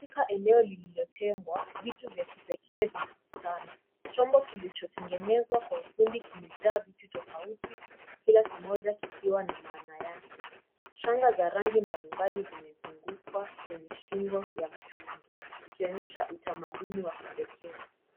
Katika eneo lililotengwa vitu vya kipekee vinakutana. Chombo kilichotengenezwa kwa ufundi kimejaa vitu tofauti. Kila kimoja kikiwa na maana yake. Shanga za rangi mbalimbali zimezunguka kwenye shingo za mtungu zikionyesha utamaduni wa kipekee.